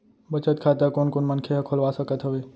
बचत खाता कोन कोन मनखे ह खोलवा सकत हवे?